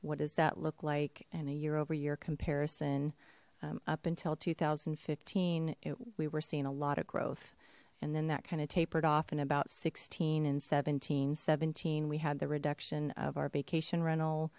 what does that look like in a year over year comparison up until two thousand and fifteen we were seeing a lot of growth and then that kind of tapered off in about sixteen and seventeen seventeen we had the reduction of our vacation rental